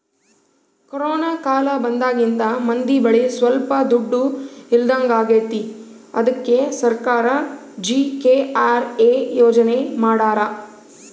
corona ಕಾಲ ಬಂದಾಗಿಂದ ಮಂದಿ ಬಳಿ ಸೊಲ್ಪ ದುಡ್ಡು ಇಲ್ದಂಗಾಗೈತಿ ಅದ್ಕೆ ಸರ್ಕಾರ ಜಿ.ಕೆ.ಆರ್.ಎ ಯೋಜನೆ ಮಾಡಾರ